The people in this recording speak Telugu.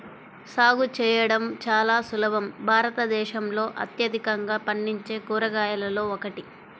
సాగు చేయడం చాలా సులభం భారతదేశంలో అత్యధికంగా పండించే కూరగాయలలో ఒకటి